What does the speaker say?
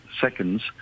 seconds